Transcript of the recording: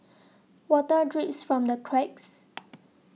water drips from the cracks